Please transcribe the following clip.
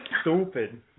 stupid